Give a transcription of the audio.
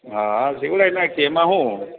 હા હા સિવડાવી નાખીએ એમાં શું